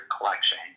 collection